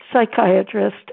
psychiatrist